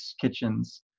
kitchens